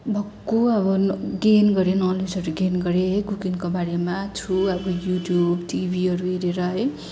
भक्कु अब गेन गरेँ नलेजहरू गेन गरेँ कुकिङको बारेमा थ्रु अब यु ट्युब टिभीहरू हेरेर है